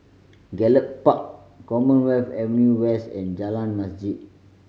Gallop Park Commonwealth Avenue West and Jalan Masjid